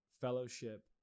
Fellowship